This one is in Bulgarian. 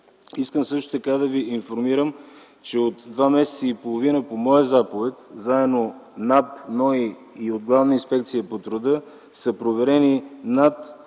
Искам също така да Ви информирам, че от два месеца и половина по моя заповед заедно НАП, НОИ и от Главна инспекция по труда са проверени над